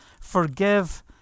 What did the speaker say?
Forgive